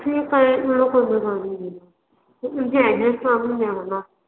ठीक आहे मुलाबरोबर पाठवून देईन तुमची ॲड्रेस सांगून द्या मला